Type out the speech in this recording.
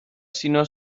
sinó